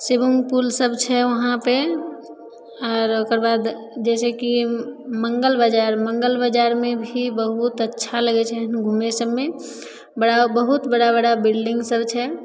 swimming pool सभ छै उहाँपर आर ओकर बाद जैसे कि मङ्गल बाजार मङ्गल बाजारमे भी बहुत अच्छा लगय छै घुमय सभमे बड़ा बहुत बड़ा बड़ा बिल्डिंग सभ छै